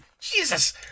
Jesus